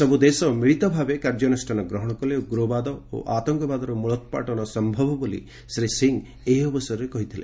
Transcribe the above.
ସବୁ ଦେଶ ମିଳିତଭାବେ କାର୍ଯ୍ୟାନୁଷ୍ଠାନ ଗ୍ରହଣ କଲେ ଉଗ୍ରବାଦ ଓ ଆତଙ୍କବାଦର ମୂଳୋତ୍ପାଟନ ସ୍ୟବ ବୋଲି ଶ୍ରୀ ସିଂ ଏହି ଅବସରରେ କହିଥିଲେ